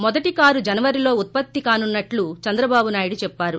మొదటి కారు జనవరిలో ఉత్పత్తి కానున్నట్లు చంద్రబాబు నాయుడు చెప్పారు